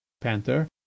Panther